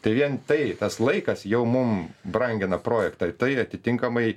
tai vien tai tas laikas jau mum brangina projektą tai atitinkamai